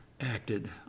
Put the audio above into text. acted